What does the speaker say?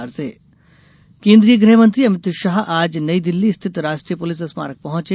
police स्मारक केन्द्रीय गृह मंत्री अमित शाह ने आज नई दिल्ली स्थित राष्ट्रीय पुलिस स्मारक पहुंचे